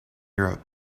europe